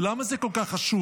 ולמה זה כל כך חשוב?